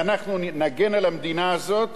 ואנחנו נגן על המדינה הזאת